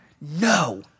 no